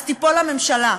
אז תיפול הממשלה.